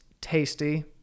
tasty